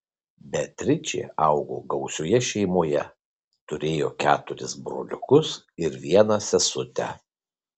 beatričė augo gausioje šeimoje turėjo keturis broliukus ir vieną sesutę